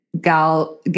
gal